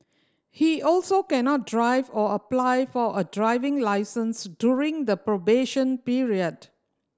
he also cannot drive or apply for a driving licence during the probation period